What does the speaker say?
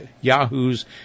Yahoo's